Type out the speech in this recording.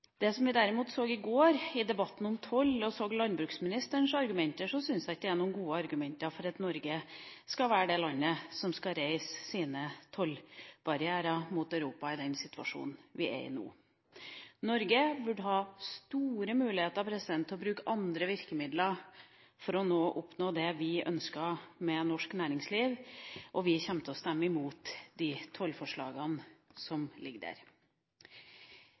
Det som jeg i går, derimot, hørte av landbruksministerens argumenter under debatten om toll, syns jeg ikke det var noen gode argumenter for at Norge skal være det landet som skal reise sine tollbarrierer mot Europa i den situasjonen vi er i nå. Norge burde ha store muligheter til å bruke andre virkemidler for å oppnå det vi ønsker med norsk næringsliv, og Venstre kommer til å stemme imot de tollforslagene som ligger der.